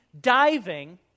diving